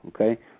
okay